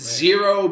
zero